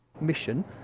mission